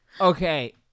okay